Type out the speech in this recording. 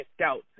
scouts